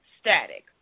static